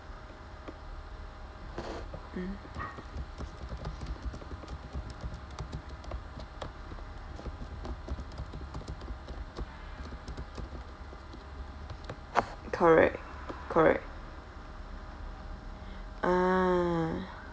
mm correct correct ah